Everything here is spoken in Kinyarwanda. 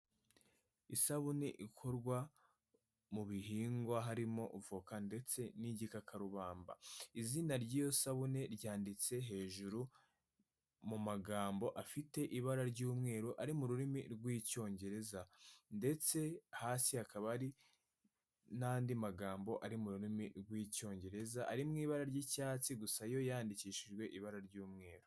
Isabune ikorwa mu bihingwa harimo voka ndetse n'igikakarubamba, izina ry'iyo sabune ryanditse hejuru mu magambo afite ibara ry'umweru ari mu rurimi rw'Icyongereza ndetse hasi hakaba hari n'andi magambo ari mu rurimi rw'Icyongereza, ari mu ibara ry'icyatsi gusa yo yandikishijwe ibara ry'umweru.